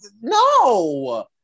no